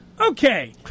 okay